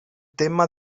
tema